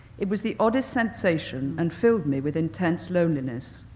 it was the oddest sensation and filled me with intense loneliness.